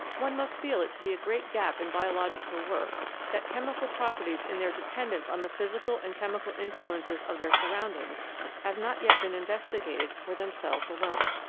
one must feel it to be a great gap in biological work that chemical properties in their dependence on the physical and chemical influences of their surroundings have not yet been investigated for themselves alone.